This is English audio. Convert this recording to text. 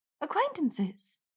Acquaintances